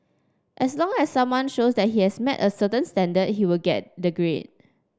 as long as someone shows that he has met a certain standard he will get the grade